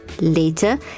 Later